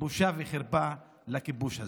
בושה וחרפה לכיבוש הזה.